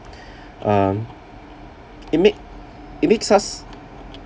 um it make it makes us